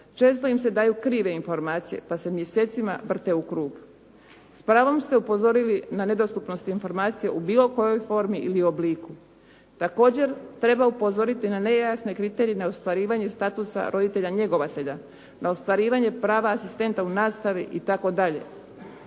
Često im se daju krive informacije pa se mjesecima vrte u krug. S pravom ste upozorili na nedostupnost informacija u bilo kojoj formi ili obliku. Također treba upozoriti na nejasne kriterije na ostvarivanje statusa roditelja njegovatelja, na ostvarivanje prava asistenta u nastavi itd.